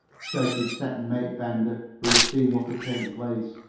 shouted second-mate bender, who had seen what had taken place.